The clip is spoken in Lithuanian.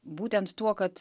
būtent tuo kad